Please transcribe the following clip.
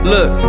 Look